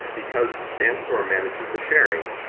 because sandstorm manages the sharing,